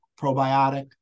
probiotic